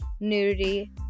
nudity